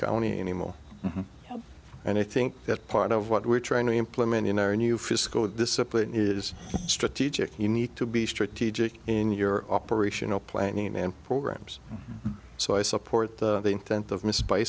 county anymore and i think that part of what we're trying to implement in our new fiscal discipline is strategic you need to be strategic in your operational planning and programs so i support the intent of missed by